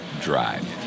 drive